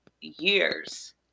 years